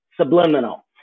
subliminal